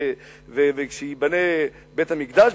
וכשייבנה בית-המקדש,